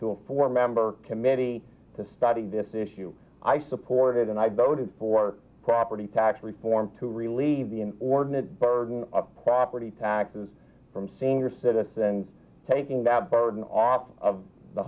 to a four member committee to study this issue i supported and i voted for property tax reform to relieve the ordinance burden of property taxes from senior citizens taking that burden off of the